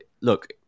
look